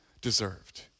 deserved